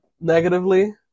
negatively